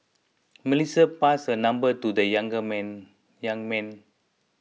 Melissa passed her number to the young man